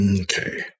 Okay